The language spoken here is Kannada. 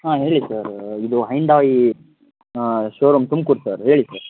ಹಾಂ ಹೇಳಿ ಸರ್ ಇದು ಹೈಂಡಾಯಿ ಶೋರೂಮ್ ತುಮ್ಕೂರು ಸರ್ ಹೇಳಿ ಸರ್